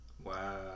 wow